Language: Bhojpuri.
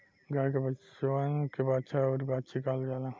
गाय के बचवन के बाछा अउरी बाछी कहल जाला